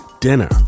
dinner